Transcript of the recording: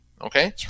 Okay